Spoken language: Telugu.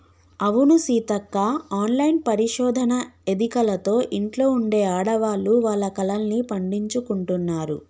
అవును సీతక్క ఆన్లైన్ పరిశోధన ఎదికలతో ఇంట్లో ఉండే ఆడవాళ్లు వాళ్ల కలల్ని పండించుకుంటున్నారు